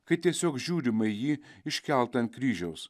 kai tiesiog žiūrima į jį iškeltą ant kryžiaus